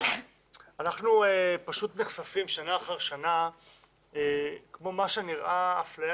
אנחנו נחשפים שנה אחר שנה למה שנראה כמו אפליה